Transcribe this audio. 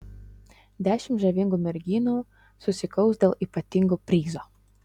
dešimt žavingų merginų susikaus dėl ypatingo prizo